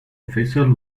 vessel